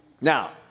Now